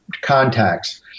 contacts